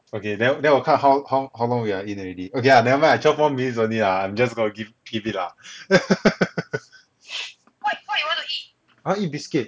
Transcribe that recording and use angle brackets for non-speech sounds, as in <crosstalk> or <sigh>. okay then then 我看 how how how long we are in already okay ah never mind ah twelve more minutes only ah I'm just gonna keep keep it ah <laughs> I want eat biscuit